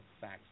facts